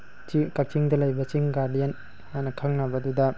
ꯀꯛꯆꯤꯡꯗ ꯂꯩꯕ ꯆꯤꯡ ꯒꯥꯔꯗꯦꯟ ꯍꯥꯏꯅ ꯈꯪꯅꯕꯗꯨꯗ